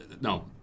No